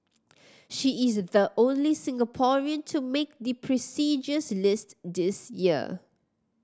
she is the only Singaporean to make the prestigious list this year